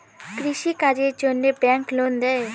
কৃষি কাজের জন্যে ব্যাংক লোন দেয়?